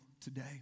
today